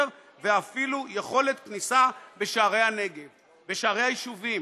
ואפילו יכולת כניסה בשערי היישובים.